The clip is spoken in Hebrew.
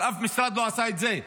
אבל אף משרד לא עשה את זה,